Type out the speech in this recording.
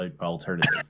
alternative